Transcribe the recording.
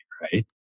right